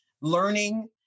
learning